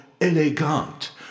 elegant